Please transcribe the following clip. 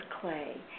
Clay